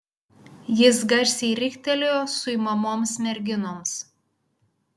jis garsiai riktelėjo suimamoms merginoms